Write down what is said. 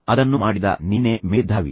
ಅದನ್ನು ಮಾಡಿದ ನೀನೆ ಮೇಧಾವಿ